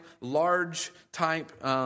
large-type